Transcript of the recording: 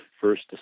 first